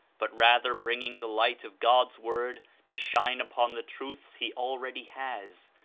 but rather bringing the light of god's word to shine upon the truths he already has,